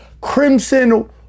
Crimson